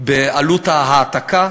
בעלות ההעתקה,